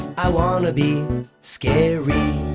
i wanna be scary.